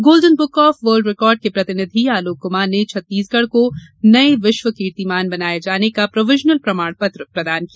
golden Book of World Record के प्रतिनिधि आलोक कुमार ने छत्तीसगढ़ को नये विश्व कीर्तिमान बनाने का प्रोविजनल प्रमाण पत्र प्रदान किया